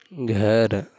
گھر